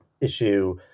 issue